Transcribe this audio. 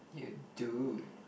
you do